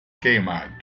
queimado